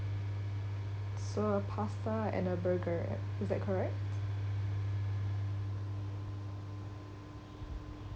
so a pasta and a burger is that correct